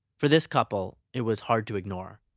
for this couple, it was hard to ignore.